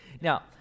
now